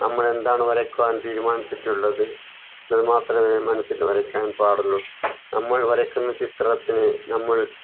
നമ്മളെന്താണു വരയ്ക്കുവാൻ തീരുമാനിച്ചിട്ടുള്ളത് അതു മാത്രമേ മനസ്സില് വരയ്ക്കാൻ പാടുള്ളൂ നമ്മൾ വരയ്ക്കുന്ന ചിത്രത്തിനെ നമ്മൾ